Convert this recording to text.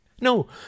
No